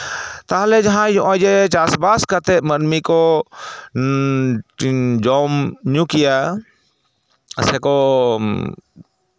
ᱛᱟᱦᱚᱞᱮ ᱡᱟᱦᱟᱸᱭ ᱱᱚᱜᱼᱚᱭ ᱡᱮ ᱪᱟᱥᱼᱵᱟᱥ ᱠᱟᱛᱮᱜ ᱢᱟᱹᱱᱢᱤ ᱠᱚ ᱡᱚᱢ ᱧᱩ ᱠᱮᱭᱟ ᱥᱮᱠᱚ